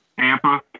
Tampa